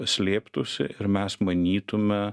slėptųsi ir mes manytume